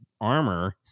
armor